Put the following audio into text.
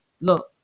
look